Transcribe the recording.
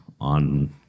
on